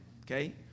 okay